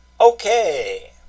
Okay